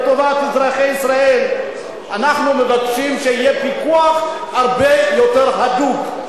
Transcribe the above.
לטובת אזרחי ישראל אנחנו מבקשים שיהיה פיקוח הרבה יותר הדוק.